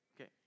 Okay